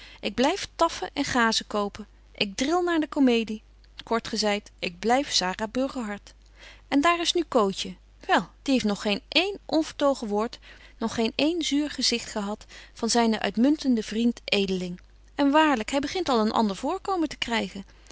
ik blyf taffen en gazen kopen ik dril naar de comedie kort gezeit ik blyf sara burgerhart en daar is nu cootje wel die heeft nog geen één onvertogen woord nog geen een zuur gezicht gehad van zynen uitmuntenden vriend edeling en waarlyk hy begint al een ander voorkomen te krygen